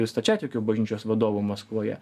stačiatikių bažnyčios vadovu maskvoje